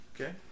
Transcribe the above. Okay